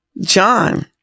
John